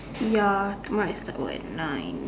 ya tomorrow I start work at nine